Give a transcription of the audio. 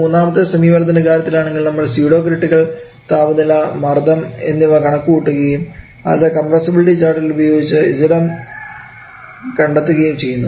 മൂന്നാമത്തെ സമീപനത്തിൻറെ കാര്യത്തിലാണെങ്കിൽ നമ്മൾ സ്യൂഡോ കൃറ്റികൾ താപനില മർദ്ദം എന്നിവ കണക്കുകൂട്ടുകയും പിന്നെ അത് കംപ്രസ്സബിലിറ്റി ചാർട്ടിൽ ഉപയോഗിച്ച് Zm കണ്ടെത്തുകയും ചെയ്യുന്നു